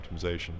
optimization